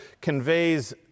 conveys